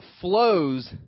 flows